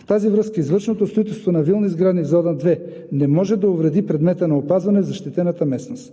В тази връзка извършеното строителство на вилни сгради в Зона 2 не може да увреди предмета на опазване в защитената местност.